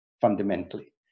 fundamentally